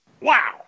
wow